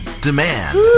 Demand